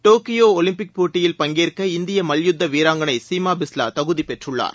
Tokyo Olympic போட்டியில் பங்கேற்க இந்திய மல்யுத்த வீராங்கனை சீமா பிஸ்வா தகுதி பெற்றுள்ளார்